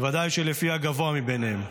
בוודאי שלפי הגבוה מביניהם,